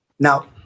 Now